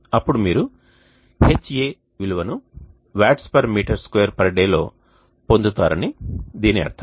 అప్పుడు మీరు Ha విలువను వాట్స్ మీటర్ స్క్వేర్ DAY లో పొందుతారని దీని అర్థం